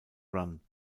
run